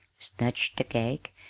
snatched the cake,